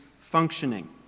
functioning